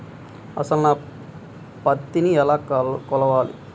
అసలు నా పత్తిని ఎలా కొలవాలి?